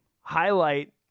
highlight